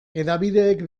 hedabideek